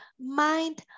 mind